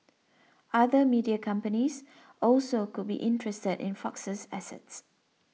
other media companies also could be interested in Fox's assets